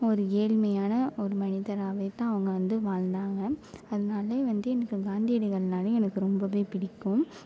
ஒரு ஏழ்மையான ஒரு மனிதராகவே தான் அவங்க வந்து வாழ்ந்தாங்க அதனாலே வந்து எனக்கு காந்தியடிகள்னாலே எனக்கு ரொம்பவே பிடிக்கும்